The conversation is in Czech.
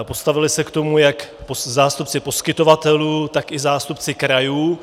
Postavili se k tomu jak zástupci poskytovatelů, tak i zástupci krajů.